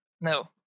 No